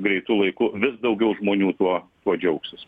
greitu laiku vis daugiau žmonių tuo tuo džiaugsis